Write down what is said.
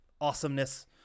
awesomeness